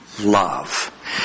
Love